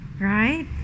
Right